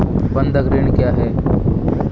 बंधक ऋण क्या है?